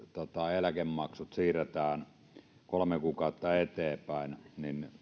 eläkemaksut siirretään kolme kuukautta eteenpäin niin